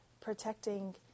protecting